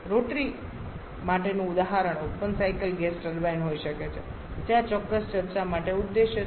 rotary ઉદાહરણ open cycle gas turbine હોઈ શકે છે જે આ ચોક્કસ ચર્ચા માટે ઉદ્દેશ્ય છે